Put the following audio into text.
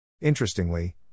Interestingly